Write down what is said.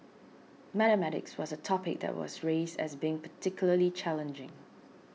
mathematics was a topic that was raised as being particularly challenging